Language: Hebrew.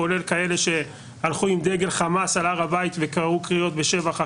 כולל כאלה שהלכו עם דגל חמאס על הר הבית וקראו קריאות בשבח החמאס.